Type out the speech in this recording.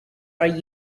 are